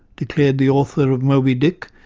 declared the author of moby dick,